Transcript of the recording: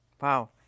wow